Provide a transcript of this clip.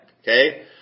Okay